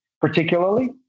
particularly